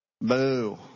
Boo